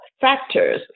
Factors